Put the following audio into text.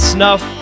Snuff